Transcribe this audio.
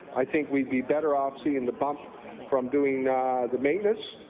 i think we would be better off seeing the bump from doing the maintenance